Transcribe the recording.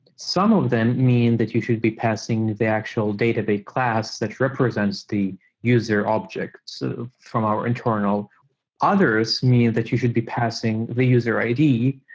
some of them mean that you should be passing the actual database class that represents the user object so from our internal others, meaning that you should be passing the user id.